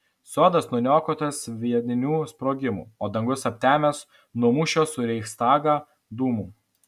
sodas nuniokotas sviedinių sprogimų o dangus aptemęs nuo mūšio už reichstagą dūmų